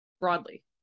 broadly